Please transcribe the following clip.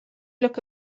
look